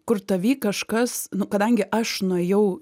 kur tavy kažkas nu kadangi aš nuėjau